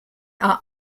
are